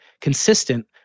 consistent